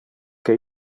que